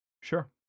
Sure